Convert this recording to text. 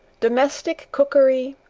domestic cookery,